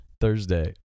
Thursday